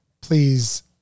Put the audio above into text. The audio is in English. please